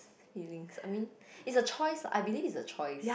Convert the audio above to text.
feeling I mean is a choice I believe is a choice